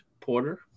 porter